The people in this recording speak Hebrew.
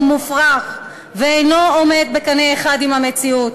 מופרך ואינו עולה בקנה אחד עם המציאות.